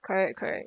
correct correct